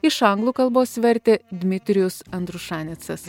iš anglų kalbos vertė dmitrijus andrušanicas